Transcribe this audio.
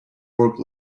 work